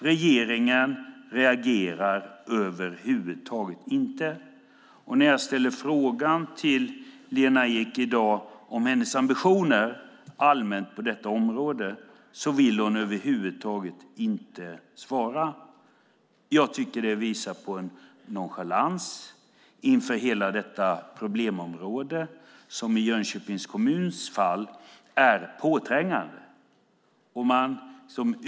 Regeringen reagerar över huvud taget inte, och när jag i dag frågar Lena Ek om hennes ambitioner allmänt på detta område vill hon inte svara alls. Jag tycker att det visar på en nonchalans inför hela detta problemområde, som i Jönköpings kommuns fall är påträngande.